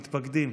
המתפקדים.